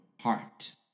heart